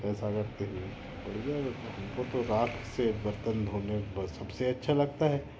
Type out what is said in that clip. ऐसा करते हुए बढ़िया हम को तो राख से बर्तन धोने पर सब से अच्छा लगता है